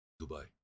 Dubai